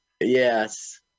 yes